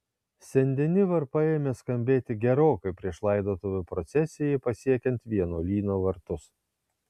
sen deni varpai ėmė skambėti gerokai prieš laidotuvių procesijai pasiekiant vienuolyno vartus